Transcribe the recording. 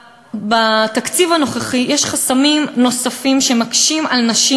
בתקציב הנוכחי יש חסמים נוספים שמקשים על נשים